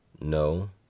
No